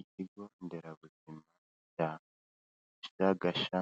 Ikigo nderabuzima cya Shagasha,